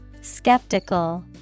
Skeptical